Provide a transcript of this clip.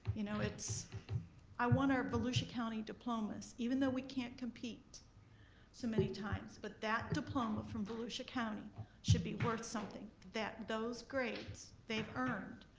you know i want our volusia county diplomas, even though we can't compete so many times, but that diploma from volusia county should be worth something, that those grades they've earned.